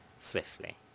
Swiftly